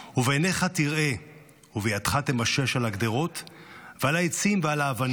/ ובעיניך תראה ובידך תמשש על הגדרות / ועל העצים ועל האבנים